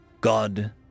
God